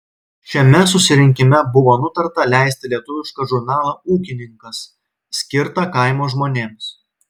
šiame susirinkime buvo nutarta leisti lietuvišką žurnalą ūkininkas skirtą kaimo žmonėms